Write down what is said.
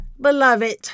Beloved